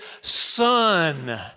Son